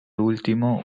último